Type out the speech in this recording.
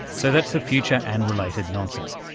so that's the future and related nonsense.